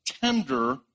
tender